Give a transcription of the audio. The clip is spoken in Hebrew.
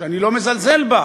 שאני לא מזלזל בה.